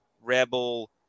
rebel